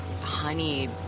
honey